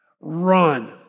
run